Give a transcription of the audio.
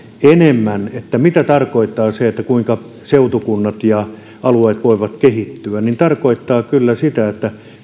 enemmän mitä tarkoittaa se kuinka seutukunnat ja alueet voivat kehittyä se tarkoittaa kyllä sitä että